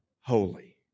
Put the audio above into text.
holy